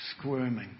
squirming